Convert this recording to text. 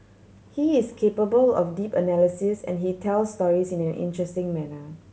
he is capable of deep analysis and he tell stories in an interesting manner